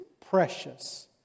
precious